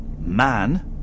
Man